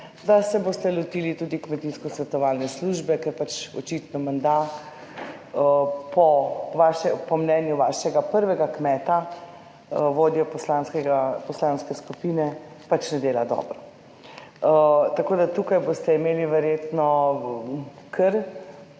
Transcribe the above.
da se boste lotili tudi kmetijsko svetovalne službe ker č očitno menda po mnenju vašega prvega kmeta, vodjo poslanske skupine ne dela dobro. Tako, da tukaj boste imeli verjetno kar